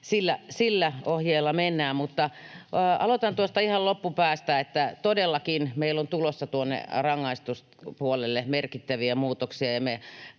sillä ohjeella mennään. Aloitan tuosta ihan loppupäästä. Todellakin, meillä on tulossa rangaistuspuolelle merkittäviä muutoksia